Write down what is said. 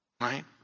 Right